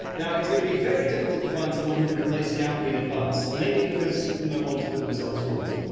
now, it's going to be very difficult to find someone who can replace scout leader bunce. mainly because no one's put themselves forward. what,